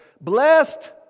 Blessed